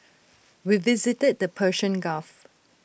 we visited the Persian gulf